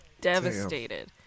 devastated